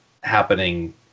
happening